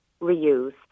reuse